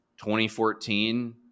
2014